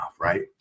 right